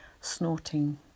snorting